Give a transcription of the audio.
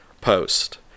post